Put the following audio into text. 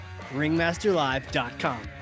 ringmasterlive.com